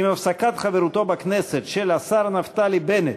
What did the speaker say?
עם הפסקת חברותו בכנסת של השר נפתלי בנט,